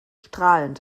strahlend